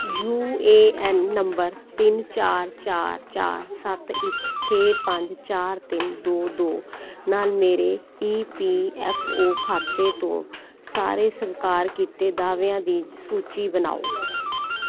you A N number ਤਿੰਨ ਚਾਰ ਚਾਰ ਚਾਰ ਸੱਤ ਇੱਕ ਛੇ ਪੰਜ ਚਾਰ ਤਿੰਨ ਦੋ ਦੋ ਨਾਲ ਮੇਰੇ ਈ ਪੀ ਐੱਫ ਓ ਖਾਤੇ ਤੋਂ ਸਾਰੇ ਸਵੀਕਾਰ ਕੀਤੇ ਦਾਅਵਿਆਂ ਦੀ ਸੂਚੀ ਬਨਾਓ